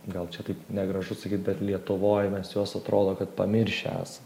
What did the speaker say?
gal čia taip negražu sakyt bet lietuvoj mes juos atrodo kad pamiršę esam